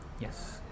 yes